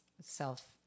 self